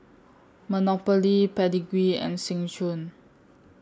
Monopoly Pedigree and Seng Choon